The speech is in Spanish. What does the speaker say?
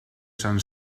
san